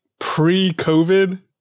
pre-COVID